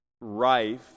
rife